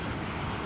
他是